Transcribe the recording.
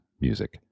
music